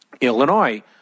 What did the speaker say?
Illinois